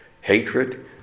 hatred